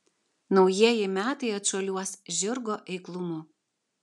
naujieji metai atšuoliuos žirgo eiklumu